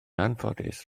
anffodus